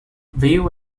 viu